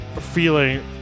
feeling